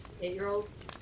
Eight-year-olds